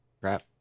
Crap